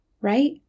right